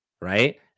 Right